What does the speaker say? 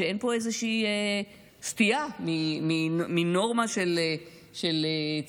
שאין פה איזושהי סטייה מנורמה של טוהר.